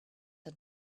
had